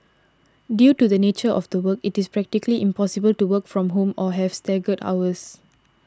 due to the nature of the work it is practically impossible to work from home or have staggered hours